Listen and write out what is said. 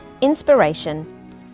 inspiration